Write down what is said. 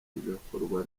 igakorwa